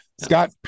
Scott